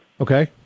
Okay